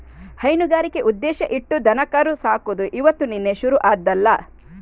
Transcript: ಹೈನುಗಾರಿಕೆ ಉದ್ದೇಶ ಇಟ್ಟು ದನಕರು ಸಾಕುದು ಇವತ್ತು ನಿನ್ನೆ ಶುರು ಆದ್ದಲ್ಲ